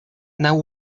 now